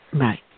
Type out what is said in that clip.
Right